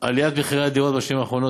עליית מחירי הדירות בשנים האחרונות